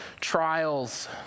trials